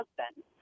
husband